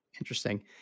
Interesting